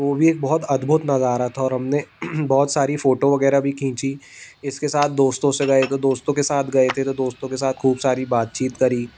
तो वो भी एक अद्भुत नज़ारा था और हमने बहुत सारी फोटो वगैरह भी खींची इसके साथ दोस्तों से गए तो दोस्तों के साथ गए थे तो दोस्तों के साथ खूब सारी बातचीत करी